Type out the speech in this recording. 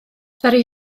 ddaru